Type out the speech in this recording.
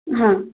हाँ